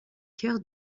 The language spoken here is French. cœur